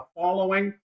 following